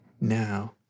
Now